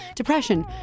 depression